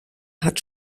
hat